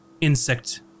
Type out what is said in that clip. insect